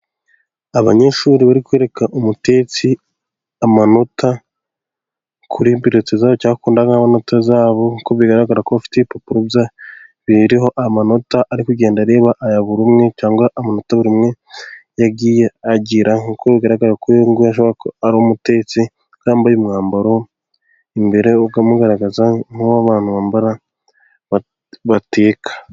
Abanyeshuri bari kwereka umutetsi amanota kuri biroti zabo cyangwa indangamanota zabo nkuko bigaragara ko bafite ibipapuro biriho amanota ariko kugenda areba aya buri umwe cyangwa amanota umwe yagiye agira bigaragara ko ari umutetsi yambaye umwambaro imbere ukamugaragaza nk'uwo abantu bambara bateka.